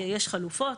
יש חלופות,